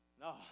No